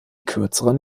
kürzeren